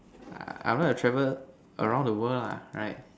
I I would like to travel around the world lah right